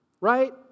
right